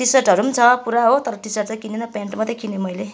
T सर्टहरू पनि छ पुरा हो तर टी सर्ट चाहिँ किनिनँ प्यान्ट मात्रै किनेँ मैले